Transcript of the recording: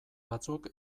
batzuk